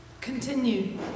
Continue